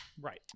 Right